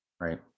Right